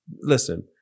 listen